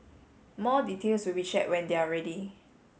more details will be shared when they are ready